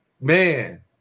man